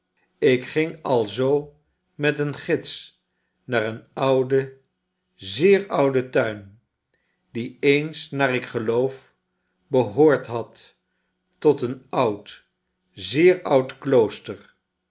ik ging alzoo met een gids naar een ouden zeer ouden tuin die eens naar ik geloof behoort had tot een oud zeer oud klooster